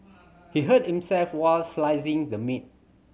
he hurt himself while slicing the meat